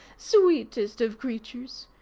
sweetest of creatures!